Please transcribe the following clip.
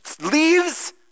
leaves